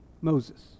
Moses